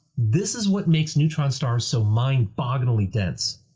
this is what makes neutron stars so mind-bogglingly dense.